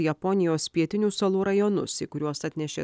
japonijos pietinių salų rajonus į kuriuos atnešė